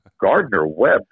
Gardner-Webb